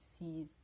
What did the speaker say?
sees